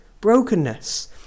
brokenness